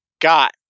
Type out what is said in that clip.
got